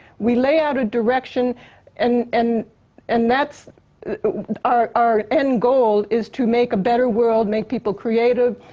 we lay out a direction and and and that's our our end goal, is to make a better world. make people creative,